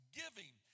giving